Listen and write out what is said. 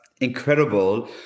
incredible